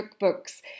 cookbooks